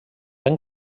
ben